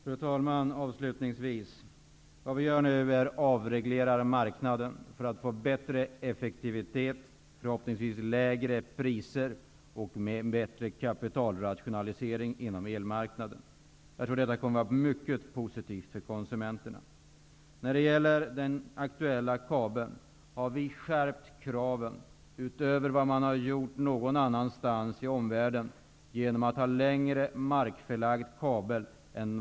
Fru talman! Avslutningsvis vill jag säga att vi nu avreglerar marknaden för att få bättre effektivitet, förhoppningsvis lägre priser och en bättre kapitalrationalisering inom elmarknaden. Jag tror att detta kommer att bli mycket positivt för konsumenterna. När det gäller den aktuella kabeln har vi skärpt kraven utöver vad man har gjort någon annanstans i omvärlden genom att kräva längre markförlagd kabel.